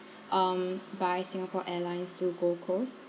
um by singapore airlines to gold coast